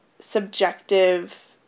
subjective